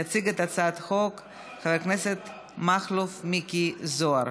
יציג את הצעת החוק חבר הכנסת מכלוף מיקי זוהר.